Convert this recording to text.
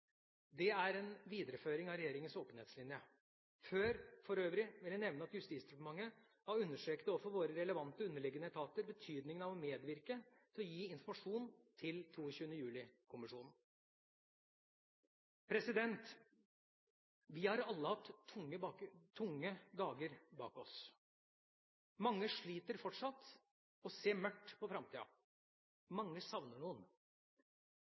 Det er en videreføring av regjeringas åpenhetslinje. For øvrig vil jeg nevne at Justisdepartementet har understreket overfor våre relevante underliggende etater betydningen av å medvirke til å gi informasjon til 22. juli-kommisjonen. Vi har alle hatt tunge dager bak oss. Mange sliter fortsatt og ser mørkt på framtida. Mange savner noen.